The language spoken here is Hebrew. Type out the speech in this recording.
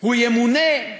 הוא ימונה,